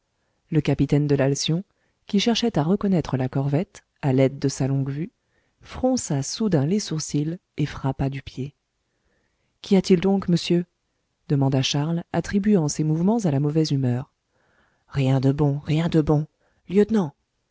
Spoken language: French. le capitaine de l'alcyon qui cherchait à reconnaître la corvette à l'aide de sa longue-vue fronça soudain les sourcils et frappa du pied qu'y a-t-il donc monsieur demanda charles attribuant ces mouvements à la mauvaise humeur rien de bon rien de bon lieutenant